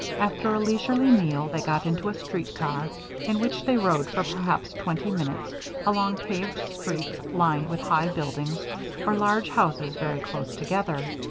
after a leisurely meal, they got into a street car in which they rode for perhaps twenty minutes along paved streets lined with high buildings or large houses very close together.